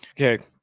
Okay